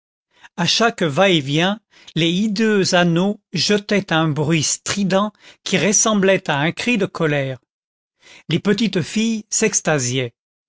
à chaque va-et-vient les hideux anneaux jetaient un bruit strident qui ressemblait à un cri de colère les petites filles s'extasiaient